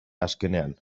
azkenean